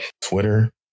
Twitter